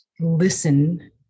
listen